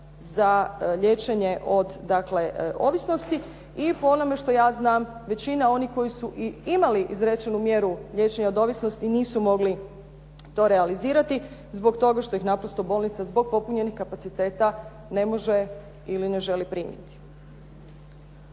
za liječenje od ovisnosti i po onome što ja znam većina onih koji su i imali izrečenu mjeru liječenja od ovisnosti nisu mogli to realizirati zbog toga što ih naprosto bolnica zbog popunjenih kapaciteta ne može ili ne želi primiti.